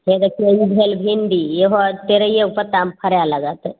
हे ई देखियौ ई भेल भिण्डी इहो तेरहिए गो पत्तामे फड़ै लगत